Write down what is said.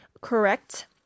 correct